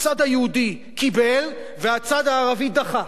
הצד היהודי קיבל והצד הערבי דחה,